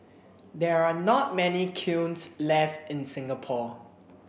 there are not many kilns left in Singapore